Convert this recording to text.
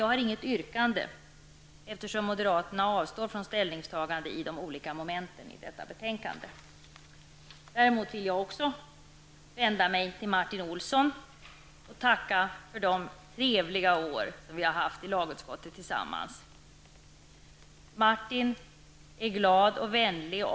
Jag har inget yrkande, eftersom moderaterna avstår från ställningstagande i de olika momenten i detta betänkande. Däremot vill även jag vända mig till Martin Olsson och tacka honom för de trevliga år som vi har haft i lagutskottet tillsammans. Martin Olsson är en glad och vänlig person.